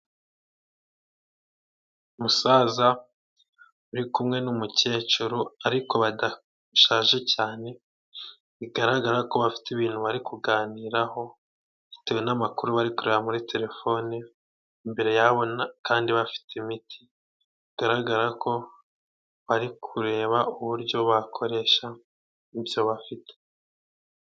Umusaza uri kumwe n'umukecuru ariko badashaje cyane, bigaragara ko bafite ibintu bari kuganiraho bitewe n'amakuru bari kureba muri telefone. Imbere yabo kandi bafite imiti bigaragara ko bari kureba uburyo bakoresha ibyo bafite.